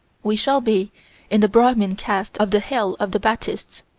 we shall be in the brahmin caste of the hell of the baptists.